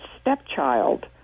stepchild